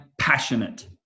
passionate